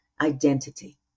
identity